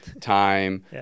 time